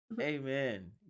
amen